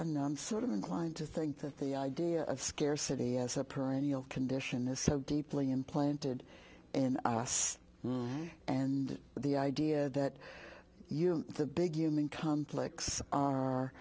anon sort of inclined to think that the idea of scarcity as a perennial condition is so deeply implanted in us and the idea that you the big human conflicts are